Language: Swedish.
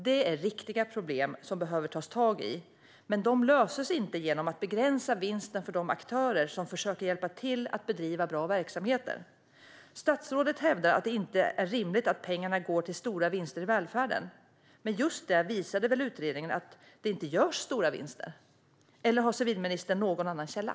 Det är riktiga problem som behöver tas tag i, men de löses inte genom att begränsa vinsten för de aktörer som försöker hjälpa till att bedriva bra verksamheter. Statsrådet hävdar att det inte är rimligt att pengarna går till stora vinster i välfärden. Men utredningen visade väl just att det inte görs stora vinster. Eller har civilministern någon annan källa?